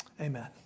Amen